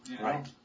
Right